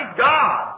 God